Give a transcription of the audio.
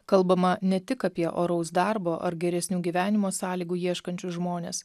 kalbama ne tik apie oraus darbo ar geresnių gyvenimo sąlygų ieškančius žmones